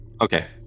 Okay